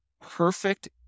perfect